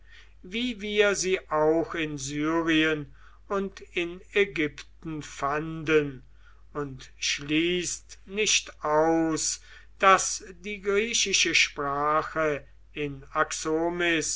wie wir sie auch in syrien und in ägypten fanden und schließt nicht aus daß die griechische sprache in